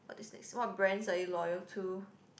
but this next what brands are you loyal to